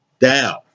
down